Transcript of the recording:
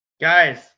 Guys